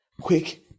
quick